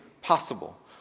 possible